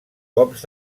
cops